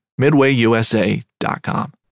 MidwayUSA.com